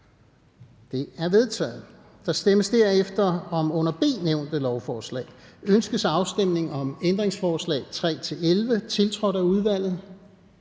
Det er vedtaget. Der stemmes derefter om det under B nævnte lovforslag. Ønskes afstemning om ændringsforslagene nr. 3-11, tiltrådt af udvalget?